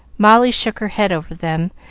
molly shook her head over them,